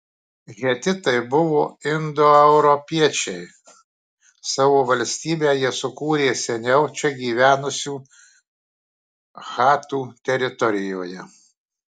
hetitai buvo indoeuropiečiai savo valstybę jie sukūrė seniau čia gyvenusių chatų teritorijoje